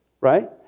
Right